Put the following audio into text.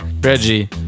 Reggie